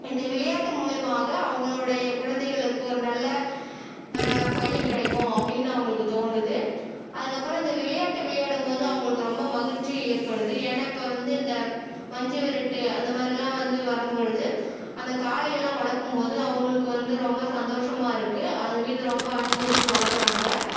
இந்த விளையாட்டு மூலிமாக அவங்களுடைய குழந்தைகளுக்கு ஒரு நல்ல பணி கிடைக்கும் அப்படின்னு அவங்களுக்குத் தோணுது அதுக்கப்புறம் அந்த விளையாட்டு விளையாடும் போது அவங்களுக்கு ரொம்ப மகிழ்ச்சி ஏற்படுது ஏன்னா இப்போ வந்து இந்த மஞ்சு விரட்டு அந்தமாதிரிலாம் வந்து வரும்பொழுது அந்த காளை எல்லாம் வளர்க்கும்போது அவங்களுக்கு வந்து ரொம்ப சந்தோசமா இருக்குது அதுமீது ரொம்ப அன்பு வச்சு வளர்க்குறாங்க